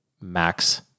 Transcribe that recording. max